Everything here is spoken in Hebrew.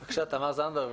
בבקשה, תמר זנדברג.